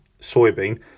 soybean